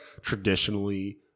traditionally